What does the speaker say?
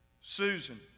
Susan